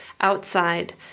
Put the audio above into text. outside